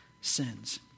sins